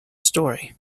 story